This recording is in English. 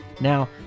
Now